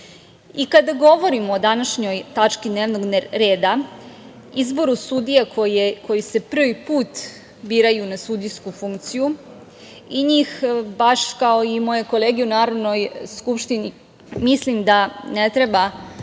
govorimo o današnjoj tački dnevnog reda, o izboru sudija koji se prvi put biraju na sudijsku funkciju i njih, baš kao i moje kolege u Narodnoj Skupštini, mislim da ne treba